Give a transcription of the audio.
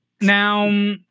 Now